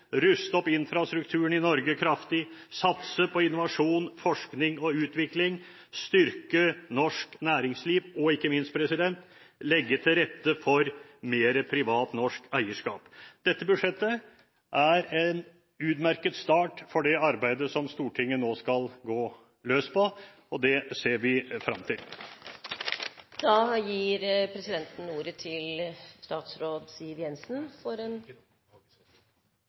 ruste opp infrastrukturen i Norge kraftig, satse på innovasjon, forskning og utvikling, styrke norsk næringsliv og – ikke minst – legge til rette for mer privat norsk eierskap. Dette budsjettet er en utmerket start for det arbeidet som Stortinget nå skal gå løs på, og det ser vi frem til. Da gir presidenten ordet til statsråd Siv Jensen.